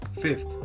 Fifth